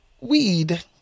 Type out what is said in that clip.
weed